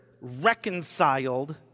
reconciled